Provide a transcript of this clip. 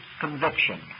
conviction